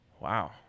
Wow